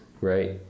right